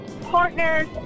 partners